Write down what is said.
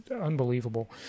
unbelievable